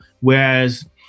whereas